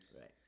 Right